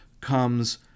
comes